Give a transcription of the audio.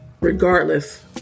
Regardless